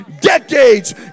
decades